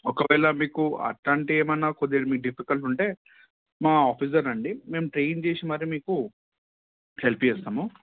ఒకవేళ మీకు అలాంటి ఏమన్న కొద్దిగా మీకు డిఫికల్ట్ ఉంటే మా ఆఫీస్ దగ్గర రండి మేము ట్రైన్ చేసి మరీ మీకు హెల్ప్ చేస్తాము